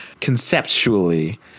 conceptually